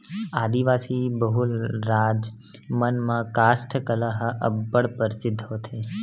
आदिवासी बहुल राज मन म कास्ठ कला ह अब्बड़ परसिद्ध होथे